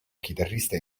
chitarrista